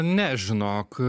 ne žinok